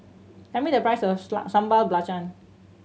tell me the price of Sambal Belacan